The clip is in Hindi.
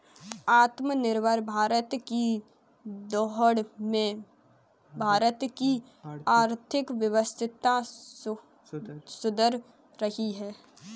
आत्मनिर्भर भारत की दौड़ में भारत की आर्थिक व्यवस्था सुधर रही है